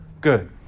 Good